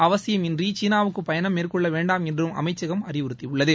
அவசியமின்றி சீனாவுக்கு பயணம் மேற்கொள்ள வேண்டாம் என்றும் அமைச்சகம் அறிவுறுத்தியுள்ளது